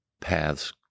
paths